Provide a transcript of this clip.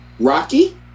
Rocky